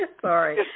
Sorry